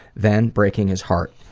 then breaking his heart.